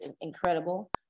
incredible